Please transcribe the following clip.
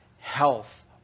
health